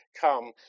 come